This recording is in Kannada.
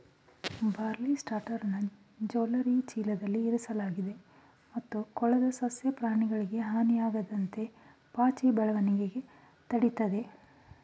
ಬಾರ್ಲಿಸ್ಟ್ರಾನ ಜಾಲರಿ ಚೀಲದಲ್ಲಿ ಇರಿಸಲಾಗ್ತದೆ ಮತ್ತು ಕೊಳದ ಸಸ್ಯ ಪ್ರಾಣಿಗಳಿಗೆ ಹಾನಿಯಾಗದಂತೆ ಪಾಚಿಯ ಬೆಳವಣಿಗೆ ತಡಿತದೆ